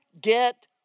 get